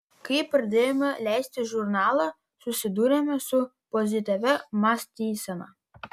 kai pradėjome leisti žurnalą susidūrėme su pozityvia mąstysena